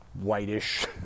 Whitish